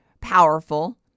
powerful